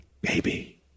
baby